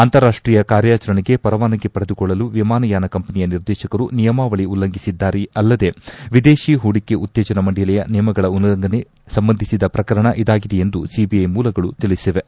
ಅಂತಾರಾಷ್ಲೀಯ ಕಾರ್ಯಾಚರಣೆಗೆ ಪರವಾನಗಿ ಪಡೆದುಕೊಳ್ಳಲು ವಿಮಾನಯಾನ ಕಂಪನಿಯ ನಿರ್ದೇಶಕರು ನಿಯಮಾವಳಿ ಉಲ್ಲಂಘಿಸಿದ್ದಾರೆ ಅಲ್ಲದೆ ವಿದೇಶಿ ಹೂಡಿಕೆ ಉತ್ತೇಜನ ಮಂಡಳಿಯ ನಿಯಮಗಳ ಉಲ್ಲಂಘನೆಗೆ ಸಂಬಂಧಿಸಿದ ಪ್ರಕರಣ ಇದಾಗಿದೆ ಎಂದು ಸಿಬಿಐ ಮೂಲಗಳು ತಿಳಿಸಿವೆ